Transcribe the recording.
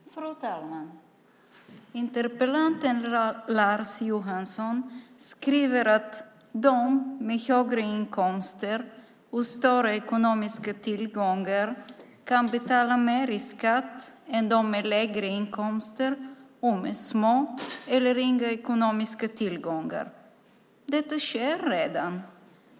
Fru talman! Interpellanten Lars Johansson skriver i sin interpellation att de med högre inkomster och större ekonomiska tillgångar kan betala mer i skatt än de med lägre inkomster och med små eller inga ekonomiska tillgångar. Detta sker redan.